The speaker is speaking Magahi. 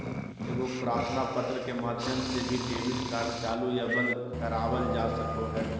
एगो प्रार्थना पत्र के माध्यम से भी डेबिट कार्ड चालू या बंद करवावल जा सको हय